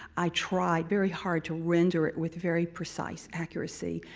i tried very hard to render it with very precise accuracy.